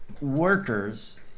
workers